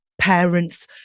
parents